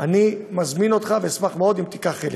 אני מזמין אותך, ואשמח מאוד אם תיקח חלק.